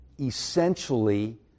essentially